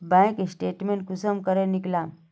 Bank statement कुंसम करे निकलाम?